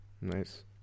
nice